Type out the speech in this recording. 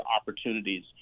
opportunities